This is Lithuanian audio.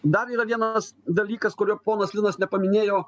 dar yra vienas dalykas kurio ponas linas nepaminėjo